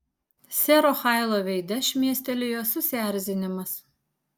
sero hailo veide šmėstelėjo susierzinimas